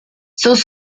sus